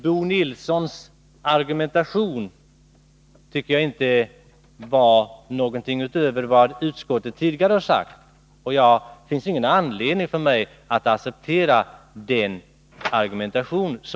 Jag tycker inte att Bo Nilssons argumentation gick utöver vad utskottet tidigare har sagt. Det finns ingen anledning för mig att acceptera era argument.